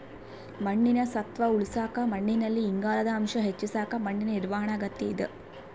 ಮಣ್ಣಿನ ಸತ್ವ ಉಳಸಾಕ ಮಣ್ಣಿನಲ್ಲಿ ಇಂಗಾಲದ ಅಂಶ ಹೆಚ್ಚಿಸಕ ಮಣ್ಣಿನ ನಿರ್ವಹಣಾ ಅಗತ್ಯ ಇದ